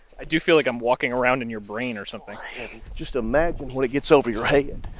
i do feel like i'm walking around in your brain or something just imagine when it gets over your head